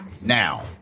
now